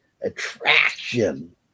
attraction